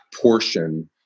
portion